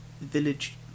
village